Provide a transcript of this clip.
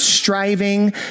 striving